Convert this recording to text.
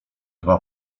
dwa